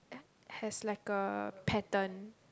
has like a pattern